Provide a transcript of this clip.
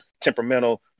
temperamental